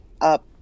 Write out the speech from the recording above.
up